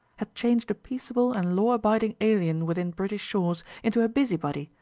had changed a peaceable and law-abiding alien within british shores into a busybody,